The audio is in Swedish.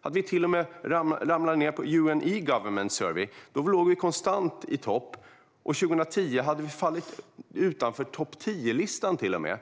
och att vi till och med ramlade ned på UN E-Government Survey? I början av 2000-talet låg vi konstant i topp, och 2010 hade vi till och med fallit utanför topp 10-listan.